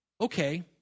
okay